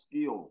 skill